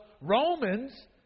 Romans